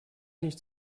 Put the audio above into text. nicht